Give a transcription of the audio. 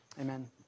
Amen